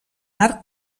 arc